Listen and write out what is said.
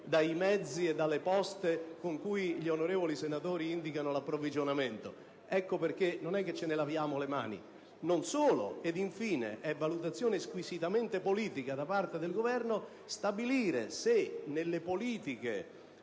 i mezzi e le poste con cui gli onorevoli senatori indicano l'approvvigionamento. Ecco perché non è che ce ne laviamo le mani. Infine, è valutazione squisitamente politica da parte del Governo stabilire se nelle politiche